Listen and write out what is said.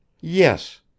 Yes